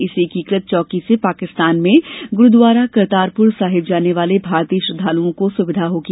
इस एकीकृत चौकी से पाकिस्तान में गुरूद्वारा करतारपुर साहिब जाने वाले भारतीय श्रद्वालुओं को सुविधा होगी